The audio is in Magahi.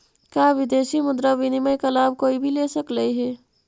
का विदेशी मुद्रा विनिमय का लाभ कोई भी ले सकलई हे?